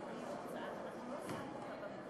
ואנחנו יודעים להעריך את האיזון שלכם